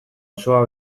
osoa